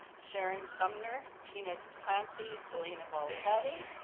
sharon sumner, tina clancey, selina volketty,